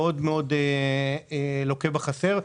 מאוד מאוד לוקה בחסר.